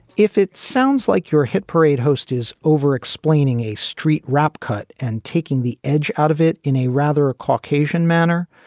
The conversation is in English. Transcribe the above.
if it sounds like your hit parade host is overexplaining a street rap cut and taking the edge out of it. in a rather a caucasian manner.